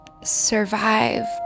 survive